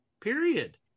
period